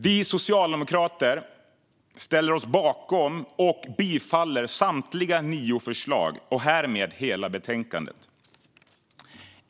Vi socialdemokrater ställer oss bakom och bifaller samtliga nio förslag och härmed hela betänkandet.